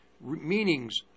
meanings